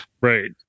Right